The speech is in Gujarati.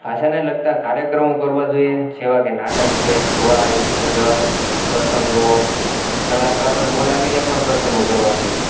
ભાષાને લગતા કાર્યક્રમો કરવા જોઈએ જેવાં કે નાટક છે ભવાઈ ભજન પ્રસંગો કલાકારોને બોલાવીને પણ પ્રસંગો કરવા જોઈએ